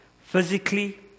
physically